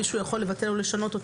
מישהו יכול לבטל או לשנות.